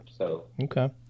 Okay